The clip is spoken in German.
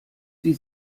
sie